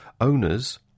owners